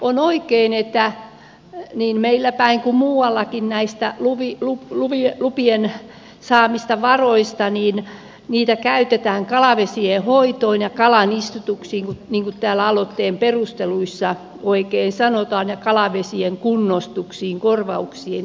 on oikein että niin meillä päin kuin muuallakin näitä luvista saatuja varoja käytetään kalavesien hoitoon ja kalanistutuksiin niin kuin täällä aloitteen perusteluissa oikein sanotaan ja kalavesien kunnostuksiin korvauksiin vesien omistajille